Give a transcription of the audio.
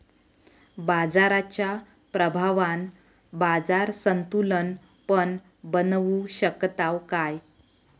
बाजाराच्या प्रभावान बाजार संतुलन पण बनवू शकताव काय?